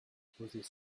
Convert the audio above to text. poser